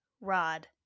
rod